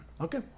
Okay